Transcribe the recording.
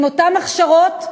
עם אותן הכשרות,